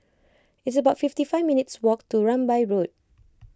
it's about fifty five minutes' walk to Rambai Road